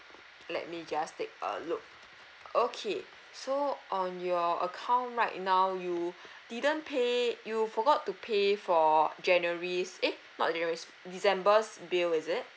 let me just take a look okay so on your account right now you didn't pay you forgot to pay for january's eh not january's december's bill is it